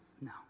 No